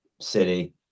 city